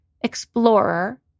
explorer